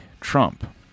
Trump